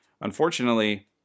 unfortunately